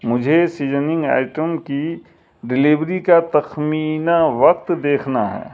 مجھے seasoning items کی delivery کا تخمینہ وقت دیکھنا ہے